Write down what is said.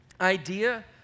idea